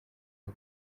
ngo